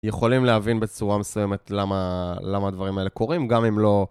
יכולים להבין בצורה מסוימת למה הדברים האלה קורים, גם אם לא...